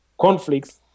conflicts